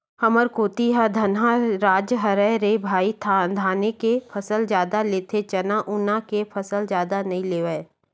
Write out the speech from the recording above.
हमर कोती ह धनहा राज हरय रे भई धाने के फसल जादा लेथे चना उना के फसल जादा नइ लेवय